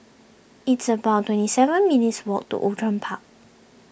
it's about twenty seven minutes' walk to Outram Park